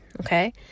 okay